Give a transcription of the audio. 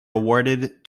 awarded